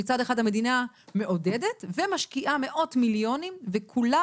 שמצד אחד המדינה מעודדת ומשקיעה מאות מיליונים וכולה